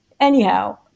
Anyhow